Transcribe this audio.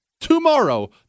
Tomorrow